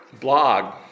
Blog